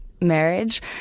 marriage